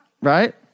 Right